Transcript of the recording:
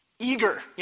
eager